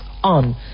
on